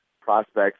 prospects